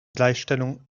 gleichstellung